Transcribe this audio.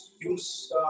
use